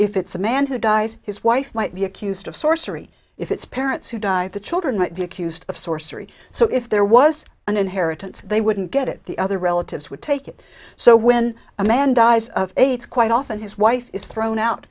if it's a man who dies his wife might be accused of sorcery if it's parents who die the children might be accused of sorcery so if there was an inheritance they wouldn't get it the other relatives would take it so when a man dies of aids quite often his wife is thrown out